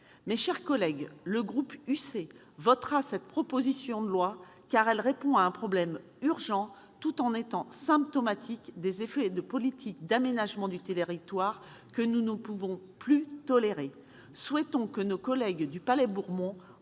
Mes chers collègues, le groupe UC votera cette proposition de loi, car celle-ci répond à un problème urgent, tout en étant symptomatique des effets de politiques d'aménagement du littoral que nous ne pouvons plus tolérer. Souhaitons que nos collègues du Palais-Bourbon,